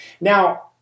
Now